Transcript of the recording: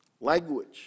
Language